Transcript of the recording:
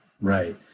right